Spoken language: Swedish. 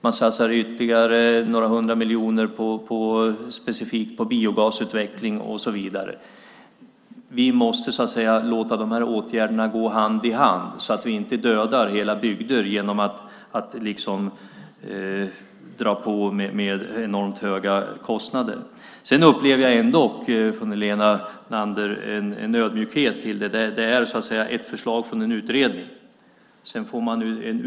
Man satsar ytterligare några hundra miljoner specifikt på biogasutveckling och så vidare. Vi måste låta dessa åtgärder gå hand i hand så att vi inte dödar hela bygder genom att dra på med enormt höga kostnader. Jag upplever ändå en viss ödmjukhet från Helena Leander. Det här är ett förslag från en utredning.